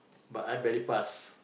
but I very fast